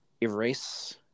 Erase